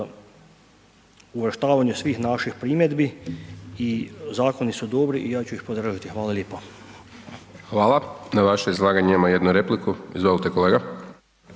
uvrštavanju svih naših primjedbi i zakoni su dobri i ja ću ih podržati, hvala lijepa. **Hajdaš Dončić, Siniša (SDP)** Hvala. Na vaše izlaganje imamo jednu repliku, izvolite kolega.